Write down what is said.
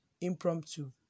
impromptu